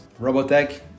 Robotech